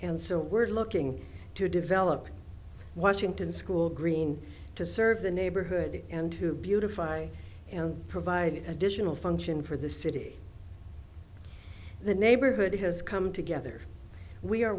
and so we're looking to develop washington school green to serve the neighborhood and to beautifying and provide additional function for the city the neighborhood has come together we are